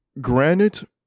granite